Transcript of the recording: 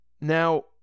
Now